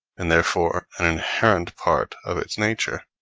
and therefore an inherent part of its nature.